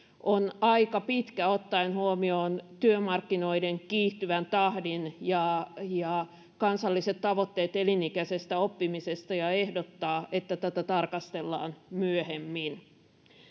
on aika pitkä ottaen huomioon työmarkkinoiden kiihtyvän tahdin ja ja kansalliset tavoitteet elinikäisestä oppimisesta ja ehdottaa että tätä tarkastellaan myöhemmin